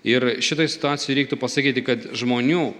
ir šitoj situacijoj reiktų pasakyti kad žmonių